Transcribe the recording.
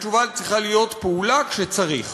התשובה צריכה להיות פעולה כשצריך.